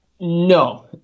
No